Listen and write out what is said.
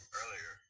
earlier